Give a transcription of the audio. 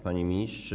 Panie Ministrze!